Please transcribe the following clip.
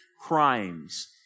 crimes